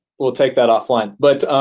we'll take that offline. but